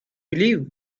believe